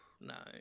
no